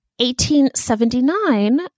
1879